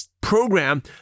program